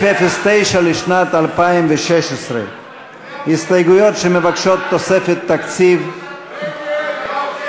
לשנת 2016. הסתייגויות שמבקשות תוספת תקציב ב-09,